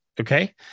okay